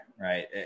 right